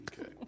Okay